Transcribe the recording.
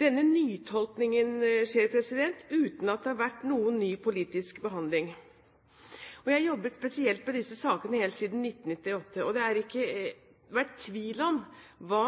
Denne nytolkningen skjer uten at det har vært noen ny politisk behandling. Jeg har jobbet spesielt med disse sakene helt siden 1998, og det er ikke tvil om hva